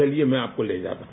चलिये मैं आपको ले जाता हूं